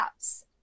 apps